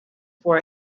for